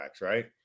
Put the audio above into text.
right